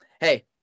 Hey